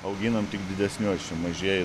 auginam tik didesniuos čia mažieji